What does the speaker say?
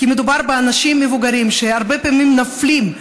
כי מדובר באנשים מבוגרים שהרבה פעמים נופלים,